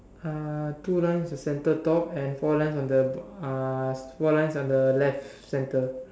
uh two lines the center top and four lines on the uh four lines on the left center